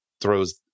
throws